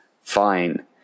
fine